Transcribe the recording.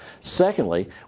Secondly